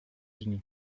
unis